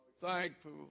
thankful